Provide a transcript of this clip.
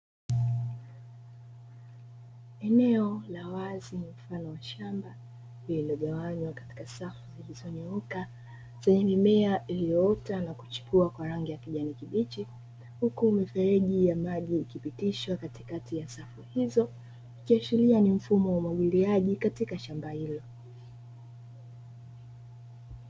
Eneo la wazi mfano wa shamba lililogawanywa katika safu zilizonyooka zenye mimea iliyoota na kuchipua kwa rangi ya kijani kibichi huku mifereji ya maji ikipitishwa katikati ya safu hizo, ikiashiria ni mfumo wa umwagiliaji katika shamba hilo.